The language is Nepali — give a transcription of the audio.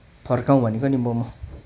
फर्काउँ भनेको नि मोमो